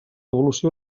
evolució